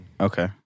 Okay